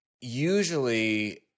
usually